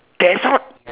that sound